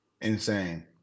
Insane